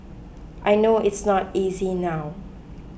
I know it's not easy now